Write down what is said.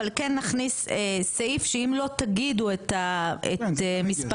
אבל נכניס סעיף שאם לא תגידו את מספרי